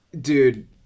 dude